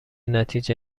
نتیجه